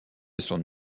son